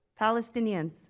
Palestinians